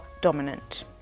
dominant